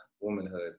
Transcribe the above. womanhood